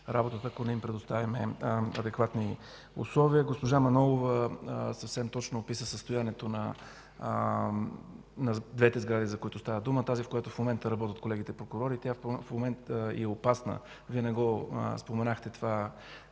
работата, ако не им предоставим абсолютно адекватни условия. Госпожа Манолова съвсем точно описа състоянието на двете сгради, за които става дума. Тази, в която работят в момента колегите прокурори, също е опасна. Вие не споменахте това.